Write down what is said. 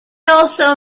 also